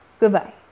Goodbye